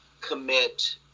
commit